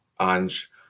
Ange